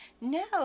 No